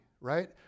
right